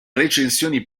recensioni